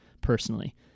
personally